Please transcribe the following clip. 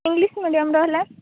English medium ରହିଲା